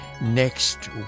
next